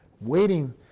Waiting